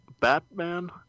Batman